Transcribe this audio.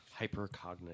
hypercognitive